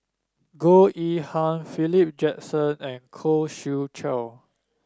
Goh Yihan Philip Jackson and Khoo Swee Chiow